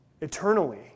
Eternally